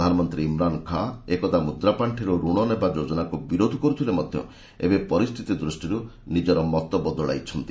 ପ୍ରଧାନମନ୍ତ୍ରୀ ଇମ୍ରାନ୍ ଖାଁ ଏକଦା ମୁଦ୍ରାପାଞ୍ଚିରୁ ରଣ ନେବା ଯୋଜନାକୁ ବିରୋଧ କରୁଥିଲେ ମଧ୍ୟ ଏବେ ପରିସ୍ଥିତି ଦୂଷ୍ଟିରୁ ନିଜର ମତ ବଦଳାଇଛନ୍ତି